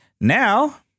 Now